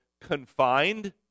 confined